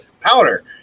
powder